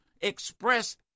express